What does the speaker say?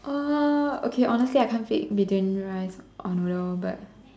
uh okay honestly I can't pick between rice or noodle but